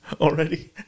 already